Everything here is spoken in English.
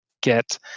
get